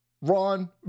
Ron